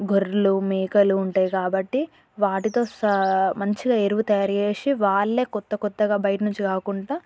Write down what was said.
గొర్రెలు మేకలు ఉంటాయి కాబట్టి వాటితో సా మంచిగ ఎరువు తయారు చేసి వాళ్ళే కొత్త కొత్తగా బయట నుంచి కాకుండా